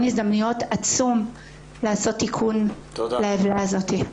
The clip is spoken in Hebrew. הזדמנויות עצום לעשות תיקון לעוולה הזאת.